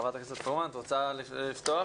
ח"כ פרומן את רוצה לפתוח?